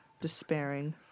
despairing